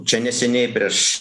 čia neseniai prieš